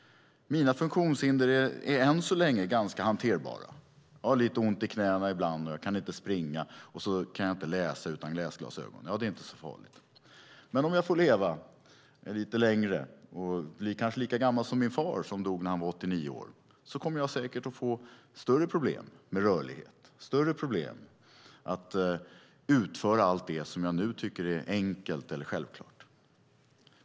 Mina funktionshinder är än så länge ganska hanterbara. Jag har lite ont i knäna ibland och kan inte springa, och så kan jag inte läsa utan läsglasögon. Det är inte så farligt. Men om jag får leva lite längre och kanske bli lika gammal som min far, som dog när han var 89 år, kommer jag säkert att få större problem med rörlighet, större problem att utföra allt det som jag nu tycker är enkelt eller självklart.